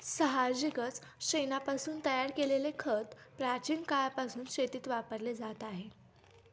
साहजिकच शेणापासून तयार केलेले खत प्राचीन काळापासून शेतीत वापरले जात आहे